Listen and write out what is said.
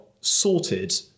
sorted